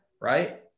right